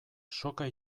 soka